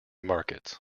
markets